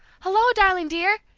hello, darling dear!